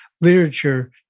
literature